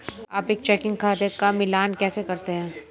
आप एक चेकिंग खाते का मिलान कैसे करते हैं?